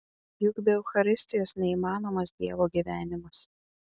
juk be eucharistijos neįmanomas dievo gyvenimas